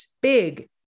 big